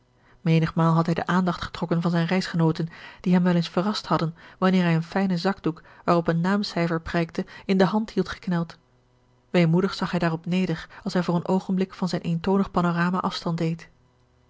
menigmaal had hij de aandacht getrokken van zijne reisgenooten die hem wel eens verrast hadden wanneer hij een fijnen zakdoek waarop een naamcijfer prijkte in de hand hield gekneld weemoedig zag hij daarop neder als hij voor een oogenblik van zijn eentoonig panorama afstand deed